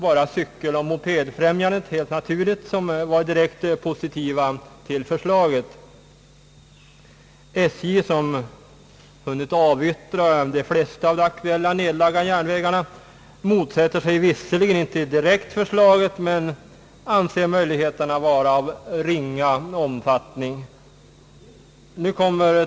Bara Cykeloch Mopedfrämjandet var direkt positiva till förslaget. SJ, som har hunnit avyttra de flesta av de aktuella nedlagda järnvägarna, motsätter sig visserligen inte direkt förslaget men anser möjligheterna vara av ringa omfattning.